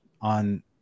on